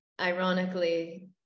ironically